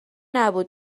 نبود